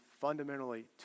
fundamentally